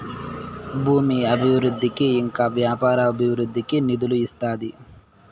భూమి అభివృద్ధికి ఇంకా వ్యాపార అభివృద్ధికి నిధులు ఇస్తాది